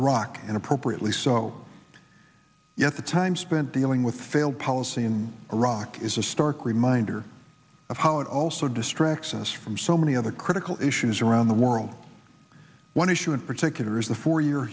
iraq and appropriately so yet the time spent dealing with failed policy in iraq is a stark reminder of how it also distracts us from so many other critics all issues around the world one issue in particular is the four year